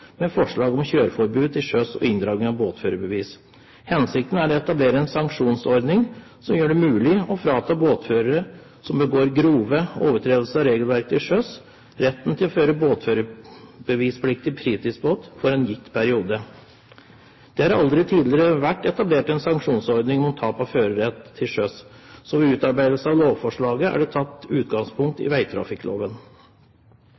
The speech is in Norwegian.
med forslag om kjøreforbud til sjøs og inndragning av båtførerbevis. Hensikten er å etablere en sanksjonsordning som gjør det mulig å frata båtførere som begår grove overtredelser av regelverket til sjøs, retten til å føre båtførerbevispliktig fritidsbåt for en gitt periode. Det har aldri tidligere vært etablert en sanksjonsordning med tap av førerett til sjøs, så ved utarbeidelse av lovforslaget er det tatt utgangspunkt i vegtrafikkloven. Det foreslås en